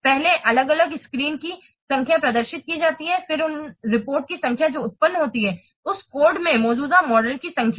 पहले अलग अलग स्क्रीन की संख्या प्रदर्शित की जाती है फिर उन रिपोर्ट की संख्या जो उत्पन्न होती हैं और कोड में मौजूद मॉड्यूल की संख्या